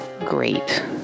Great